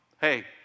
hey